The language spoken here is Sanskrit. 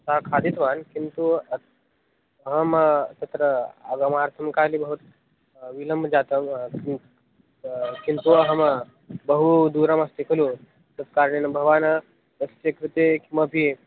स खादितवान् किन्तु अतः अहं तत्र आगमार्थं कानि भवति विलम्बः जातः वा किं किन्तु अहं बहु दूरमस्मि खलु तत्कारणेन भवान् तस्य कृते किमपि